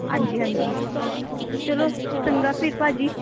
ਹਾਂਜੀ ਹਾਂਜੀ ਚਲੋ ਚੰਗਾ ਫਿਰ ਭਾਅ ਜੀ